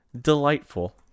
delightful